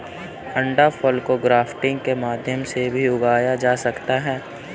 अंडाफल को ग्राफ्टिंग के माध्यम से भी उगाया जा सकता है